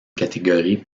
catégorie